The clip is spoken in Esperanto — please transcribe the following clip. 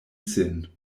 sin